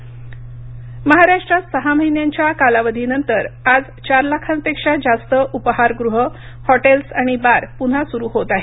hotels सुरू महाराष्ट्रात सहा महिन्यांच्या कालावधीनंतर आज चार लाखांपेक्षा जास्त उपहारगृह हॉटेल्स आणि बार पुन्हा सुरू होत आहेत